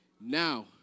Now